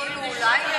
כאילו אולי,